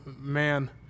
man